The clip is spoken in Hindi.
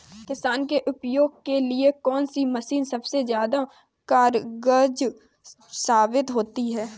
किसान के उपयोग के लिए कौन सी मशीन सबसे ज्यादा कारगर साबित होती है?